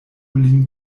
lin